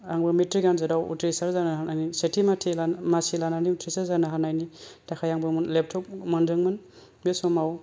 आंबो मेथ्रिक आनजादाआव उथ्रिसार जानो हानानै सेथि मासि लानानै उथ्रिसार जानो हानायनि थाखाय आंबो लेपटप मोनदोंमोन बे समाव